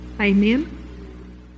Amen